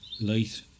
light